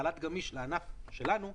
חל"ת גמיש לענף שלנו,